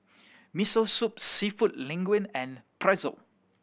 Miso Soup Seafood Linguine and Pretzel